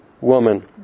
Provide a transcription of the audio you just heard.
woman